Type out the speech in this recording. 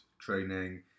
training